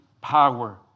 power